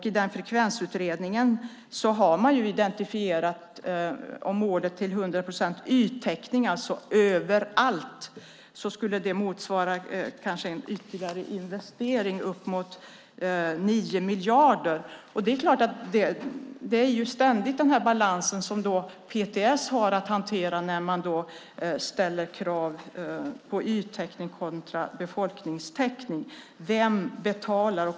I den frekvensutredningen har man identifierat att målet 100 procents yttäckning överallt skulle motsvara en ytterligare investering på upp mot 9 miljarder. Det är en balansgång som PTS har att hantera när man ställer krav på yttäckning kontra befolkningstäckning.